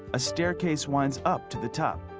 a staircase winds up to the top.